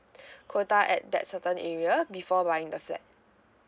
quota at that certain area before buying the flat